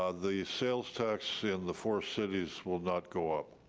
ah the sales tax in the four cities will not go up.